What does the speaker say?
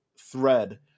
thread